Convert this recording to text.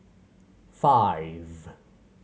five